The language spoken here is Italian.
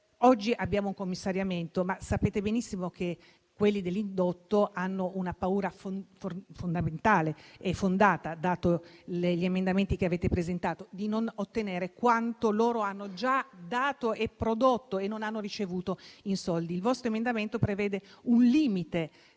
oggi abbiamo un commissariamento, ma sapete benissimo che i soggetti dell'indotto hanno una paura, fondamentale e fondata, dati gli emendamenti che avete presentato. La paura è quella di non ottenere quanto loro hanno già dato e prodotto, ma non hanno ricevuto indietro in soldi. Il vostro emendamento prevede un limite